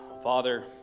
Father